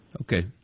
Okay